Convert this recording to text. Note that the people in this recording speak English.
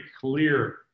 clear